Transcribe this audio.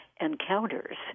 encounters